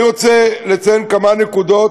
אני רוצה לציין כמה נקודות